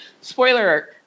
spoiler